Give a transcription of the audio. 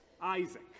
Isaac